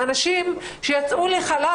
שנשים שיצאו לחל"ת,